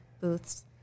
booths